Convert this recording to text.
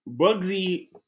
Bugsy